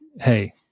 Hey